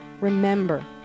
Remember